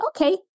okay